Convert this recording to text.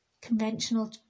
conventional